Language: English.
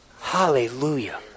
Hallelujah